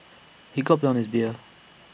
he gulped down his beer